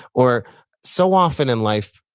or so often in life,